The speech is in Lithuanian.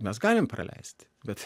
mes galim praleisti bet